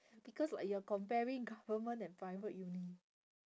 because like you are comparing government and private uni